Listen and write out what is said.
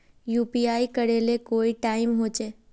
UPI करे ले कोई टाइम होचे?